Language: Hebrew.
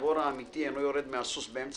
הגיבור האמתי אינו יורד מן הסוס באמצע